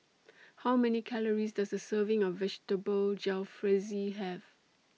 How Many Calories Does A Serving of Vegetable Jalfrezi Have